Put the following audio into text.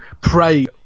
pray